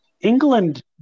England